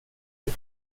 jag